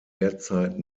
derzeit